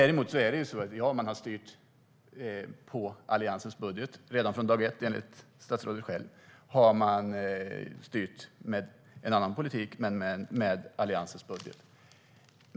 Redan från dag ett har regeringen, enligt statsrådet själv, styrt med en annan politik men med Alliansens budget.